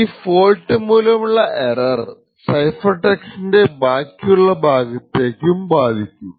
ഈ ഫോൾട്ട് മൂലമുള്ള error cipher ടെക്സ്റ്റിൻറെ ബാക്കിയുള്ള ഭാഗത്തേക്കും ബാധിക്കും